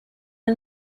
are